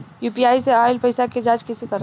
UPI से आइल पईसा के जाँच कइसे करब?